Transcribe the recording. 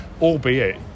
albeit